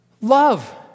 Love